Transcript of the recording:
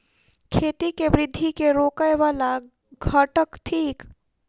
खेती केँ वृद्धि केँ रोकय वला घटक थिक?